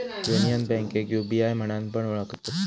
union बैंकेक UBI म्हणान पण ओळखतत